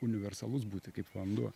universalus būti kaip vanduo